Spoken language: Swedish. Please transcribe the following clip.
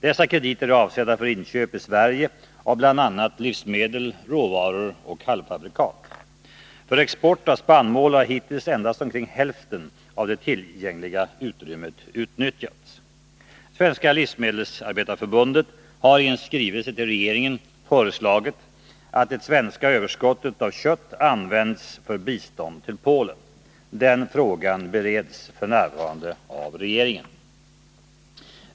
Dessa krediter är avsedda för inköp i Sverige av bl.a. livsmedel, råvaror och halvfabrikat. För export av spannmål har hittills endast omkring hälften av det tillgängliga utrymmet utnyttjats. Svenska livsmedelsarbetareförbundet har i en skrivelse till regeringen föreslagit att det svenska överskottet av kött används för bistånd till Polen. Den frågan bereds f. n. av regeringen.